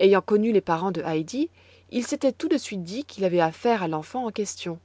ayant connu les parents de heidi il s'était tout de suite dit qu'il avait affaire à l'enfant en question